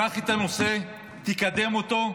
קח את הנושא, תקדם אותו.